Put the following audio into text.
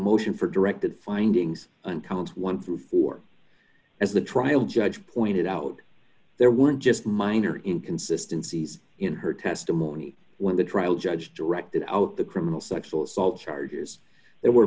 motion for directed findings and count one through four as the trial judge pointed out there weren't just minor in consistencies in her testimony when the trial judge directed out the criminal sexual assault charges there were